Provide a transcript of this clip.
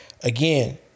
again